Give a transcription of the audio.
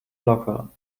locker